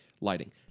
lighting